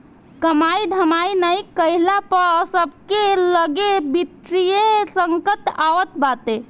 कमाई धमाई नाइ कईला पअ सबके लगे वित्तीय संकट आवत बाटे